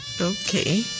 Okay